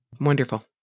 Wonderful